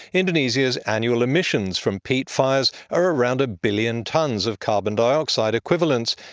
indonesia's annual emissions from peat fires are around a billion tonnes of carbon dioxide equivalents,